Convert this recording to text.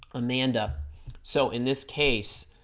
amanda so in this case